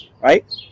right